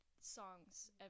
songs